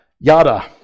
Yada